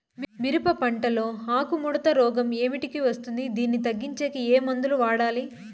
మిరప పంట లో ఆకు ముడత రోగం ఏమిటికి వస్తుంది, దీన్ని తగ్గించేకి ఏమి మందులు వాడాలి?